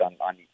on